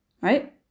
Right